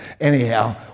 anyhow